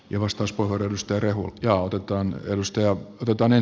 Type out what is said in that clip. ja vastauspalvelusten rehu ja otetaan arvoisa puhemies